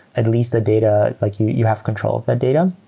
at least the data, like you you have control of the data.